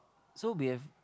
so we've